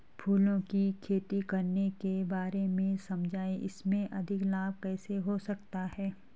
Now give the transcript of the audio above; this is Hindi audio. फूलों की खेती करने के बारे में समझाइये इसमें अधिक लाभ कैसे हो सकता है?